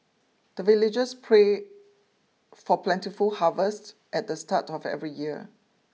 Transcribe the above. the villagers pray for plentiful harvest at the start of every year